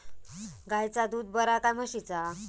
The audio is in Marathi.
गायचा दूध बरा काय म्हशीचा?